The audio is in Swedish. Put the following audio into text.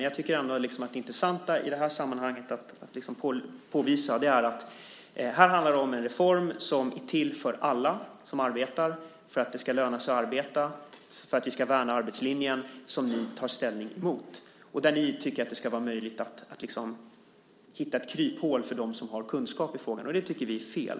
Jag tycker ändå att det intressanta i det här sammanhanget är att påvisa att här handlar det om en reform som är till för alla som arbetar. Det ska löna sig att arbeta, och vi ska värna arbetslinjen. Detta tar ni ställning emot. Ni tycker att det ska vara möjligt att hitta kryphål för dem som har kunskap i frågan. Det tycker vi är fel.